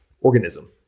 organism